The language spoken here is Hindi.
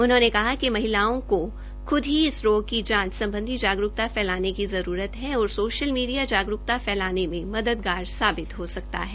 उन्होंने कहा कि महिलाओं को खूद ही इस योग की जांच सम्बधी जागरूकता फैलाने की जरूरत है और सोशल मीडिया जागरूकता फैलाने में मददगार साबित हो सकता है